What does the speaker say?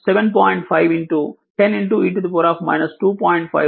5 t volt